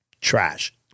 trash